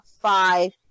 five